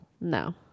no